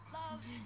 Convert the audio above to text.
love